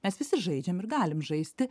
mes visi žaidžiam ir galim žaisti